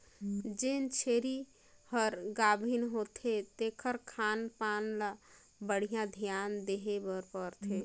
जेन छेरी हर गाभिन होथे तेखर खान पान ल बड़िहा धियान देहे बर परथे